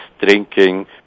drinking